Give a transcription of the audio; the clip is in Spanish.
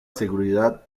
seguridad